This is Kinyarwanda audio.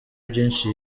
byinshi